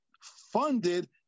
funded